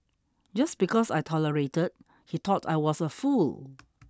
just because I tolerated he taught I was a fool